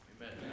Amen